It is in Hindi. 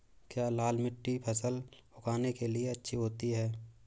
क्या लाल मिट्टी फसल उगाने के लिए अच्छी होती है?